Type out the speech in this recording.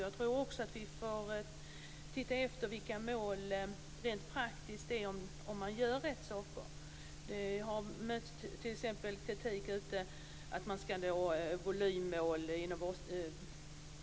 Jag tror också att vi får undersöka målen och om man gör rätt saker rent praktiskt. Volymmålen har t.ex. mött kritik.